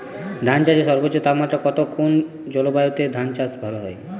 ধান চাষে সর্বোচ্চ তাপমাত্রা কত কোন জলবায়ুতে ধান চাষ ভালো হয়?